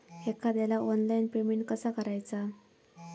एखाद्याला online payment कसा करायचा?